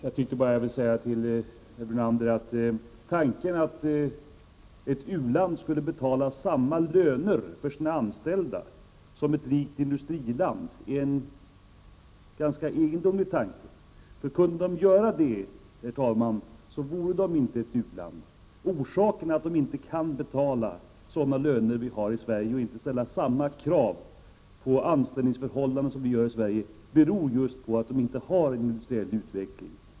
Herr talman! Jag vill bara säga till herr Brunander att tanken att man i ett u-land skulle betala samma löner till sina anställda som i ett rikt industriland är ganska egendomlig. Om man kunde göra det, herr talman, vore det inte något u-land. Orsaken till att man i ett u-land inte kan betala sådana löner som vi har i Sverige eller ställa samma krav på anställningsförhållanden är just att man inte har någon liknande industriell utveckling.